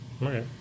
Right